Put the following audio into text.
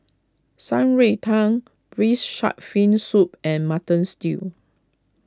Shan Rui Tang Braised Shark Fin Soup and Mutton Stew